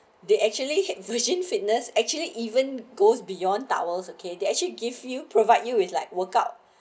they actually exhaustion fitness actually even goes beyond towels okay they actually give you provide you with like workout